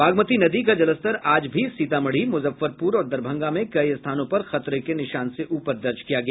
बागमती नदी का जलस्तर आज भी सीतामढ़ी मुजफ्फरपुर और दरभंगा में कई स्थानों पर खतरे के निशान से ऊपर दर्ज किया गया